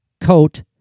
coat